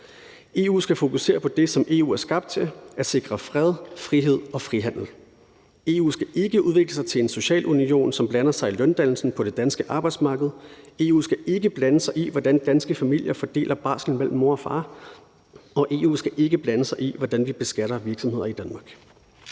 EU skal fokusere på det, som EU er skabt til, nemlig at sikre fred, frihed og frihandel. EU skal ikke udvikle sig til en social union, som blander sig i løndannelsen på det danske arbejdsmarked; EU skal ikke blande sig i, hvordan danske familier fordeler barslen mellem mor og far; og EU skal ikke blande sig i, hvordan vi beskatter virksomheder i Danmark.